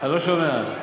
צריך להצביע כבר.